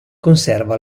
conserva